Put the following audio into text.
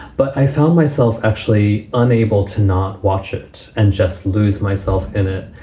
but i found myself actually unable to not watch it and just lose myself in it.